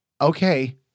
Okay